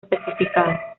especificado